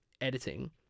editing